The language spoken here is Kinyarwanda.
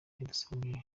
yadusobanuriye